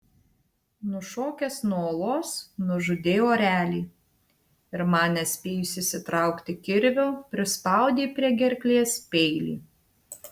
nušokęs nuo uolos nužudei orelį ir man nespėjus išsitraukti kirvio prispaudei prie gerklės peilį